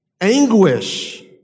Anguish